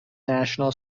national